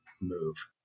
move